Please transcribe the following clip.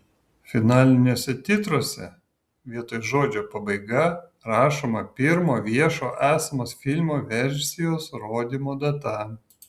finaliniuose titruose vietoj žodžio pabaiga rašoma pirmo viešo esamos filmo versijos rodymo data